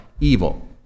evil